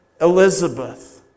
Elizabeth